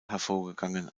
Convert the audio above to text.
hervorgegangen